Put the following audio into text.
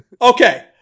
Okay